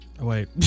Wait